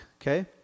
okay